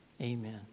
Amen